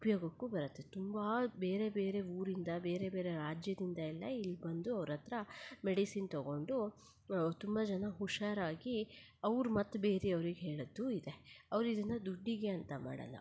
ಉಪಯೋಗಕ್ಕೂ ಬರತ್ತೆ ತುಂಬ ಬೇರೆ ಬೇರೆ ಊರಿಂದ ಬೇರೆ ಬೇರೆ ರಾಜ್ಯದಿಂದ ಎಲ್ಲ ಇಲ್ಲಿ ಬಂದು ಅವ್ರ ಹತ್ರ ಮೆಡಿಸಿನ್ ತಗೊಂಡು ತುಂಬ ಜನ ಹುಷಾರಾಗಿ ಅವ್ರು ಮತ್ತೆ ಬೇರೆಯವ್ರಿಗೆ ಹೇಳಿದ್ದೂ ಇದೆ ಅವ್ರು ಇದನ್ನು ದುಡ್ಡಿಗೆ ಅಂತ ಮಾಡಲ್ಲ